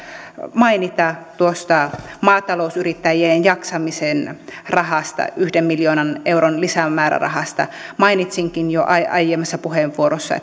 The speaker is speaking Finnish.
mainita tuosta maatalousyrittäjien jaksamisen rahasta yhden miljoonan euron lisämäärärahasta mainitsinkin jo aiemmassa puheenvuorossa